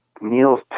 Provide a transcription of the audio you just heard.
Neil's